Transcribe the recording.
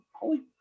holy